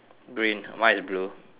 green mine is blue